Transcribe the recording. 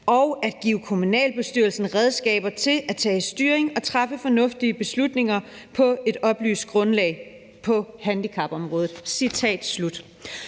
og at give kommunalbestyrelsen redskaber til at tage styring og træffe fornuftige beslutninger på et oplyst grundlag på handicapområdet.«